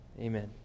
Amen